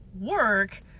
work